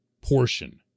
portion